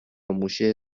موشه